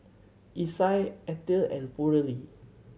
Isai Ethyl and